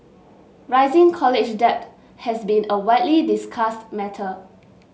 rising college debt has been a widely discussed matter